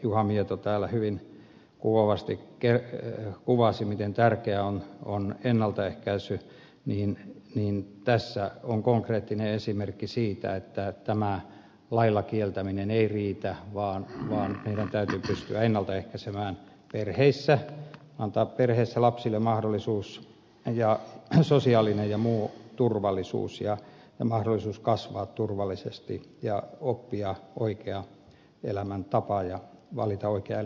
juha mieto täällä hyvin kuvaavasti kuvasi miten tärkeää on ennaltaehkäisy että tässä on konkreettinen esimerkki siitä että tämä lailla kieltäminen ei riitä vaan meidän täytyy pystyä ennalta ehkäisemään perheissä antamaan perheissä lapsille sosiaalinen ja muu turvallisuus ja mahdollisuus kasvaa turvallisesti oppia oikea elämäntapa ja valita oikea elämäntie